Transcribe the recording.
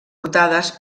portades